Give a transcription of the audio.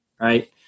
right